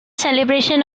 celebration